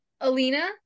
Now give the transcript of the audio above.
Alina